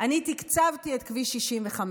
אני תקצבתי את כביש 65,